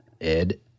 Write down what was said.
Ed